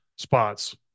spots